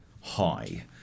high